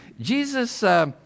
Jesus